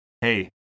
hey